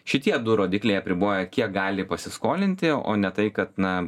šitie du rodikliai apriboja kiek gali pasiskolinti o ne tai kad na